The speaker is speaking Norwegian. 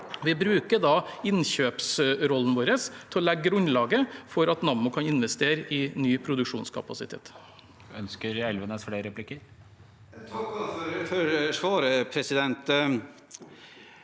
Vi bruker innkjøpsrollen vår til å legge grunnlaget for at Nammo kan investere i ny produksjonskapasitet.